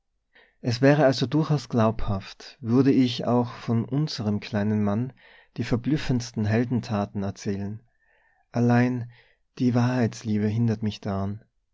es wäre also durchaus glaubhaft würde ich auch von unserem kleinen mann die verblüffendsten heldentaten erzählen allein die wahrheitsliebe hindert mich daran